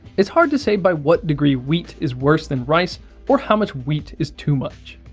it's hard to say by what degree wheat is worse than rice or how much wheat is too much.